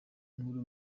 nkuru